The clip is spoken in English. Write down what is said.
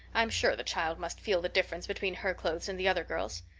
i'm sure the child must feel the difference between her clothes and the other girls'.